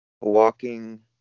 walking